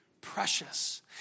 precious